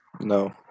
No